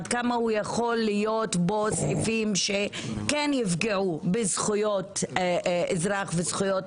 עד כמה יכולים להיות בו סעיפים שכן יפגעו בזכויות אזרח וזכויות